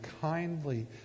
kindly